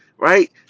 Right